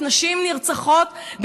הן אורחות שלנו,